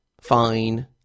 fine